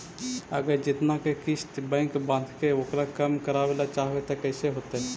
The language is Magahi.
अगर जेतना के किस्त बैक बाँधबे ओकर कम करावे ल चाहबै तब कैसे होतै?